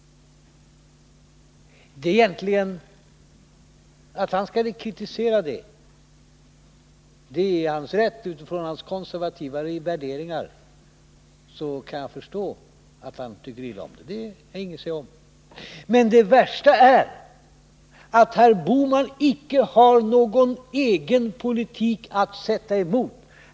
Det är ju egentligen hans rätt att få kritisera, och utifrån hans konservativa värderingar kan jag förstå att han tycker illa om det programmet. Om det har jag ingenting att säga. Men det värsta är att herr Bohman icke har någon egen politik att sätta emot.